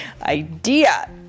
idea